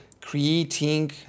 creating